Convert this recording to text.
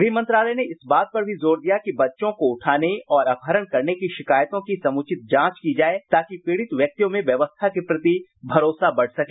गृह मंत्रालय ने इस बात पर भी जोर दिया है कि बच्चों को उठाने और अपहरण करने की शिकायतों की समुचित जांच की जाए ताकि पीड़ित व्यक्तियों में व्यवस्था के प्रति विश्वास बढ़ सके